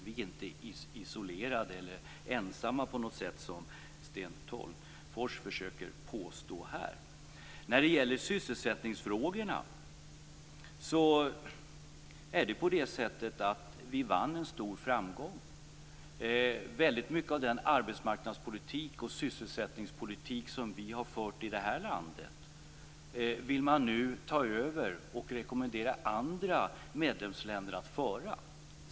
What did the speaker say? Vi är inte isolerade eller ensamma på något sätt, som Sten Tolgfors försöker påstå. Vi vann en stor framgång i sysselsättningsfrågan. Väldigt mycket av den arbetsmarknadspolitik och sysselsättningspolitik som vi har fört i det här landet vill man ta över och rekommendera andra medlemsländer att föra.